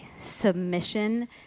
submission